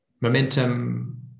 momentum